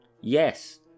Yes